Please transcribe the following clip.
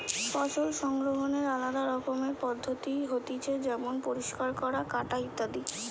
ফসল সংগ্রহনের আলদা রকমের পদ্ধতি হতিছে যেমন পরিষ্কার করা, কাটা ইত্যাদি